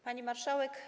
Pani Marszałek!